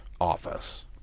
office